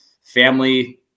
Family